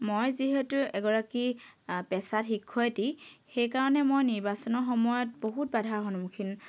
মই যিহেতু এগৰাকী পেছাত শিক্ষয়িত্ৰী সেইকাৰণে মই নিৰ্বাচনৰ সময়ত বহুত বাধাৰ সন্মুখীন